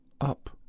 up